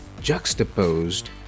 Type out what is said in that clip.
...juxtaposed